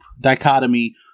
dichotomy